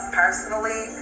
personally